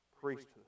Priesthood